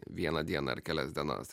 vieną dieną ar kelias dienas